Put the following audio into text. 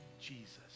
Jesus